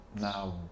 now